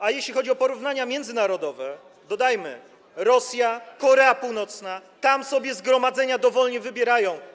A jeśli chodzi o porównania międzynarodowe, dodajmy: Rosja, Korea Północna - tam sobie zgromadzenia dowolnie wybierają.